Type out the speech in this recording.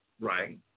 Right